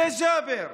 זה ג'אבר,